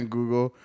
Google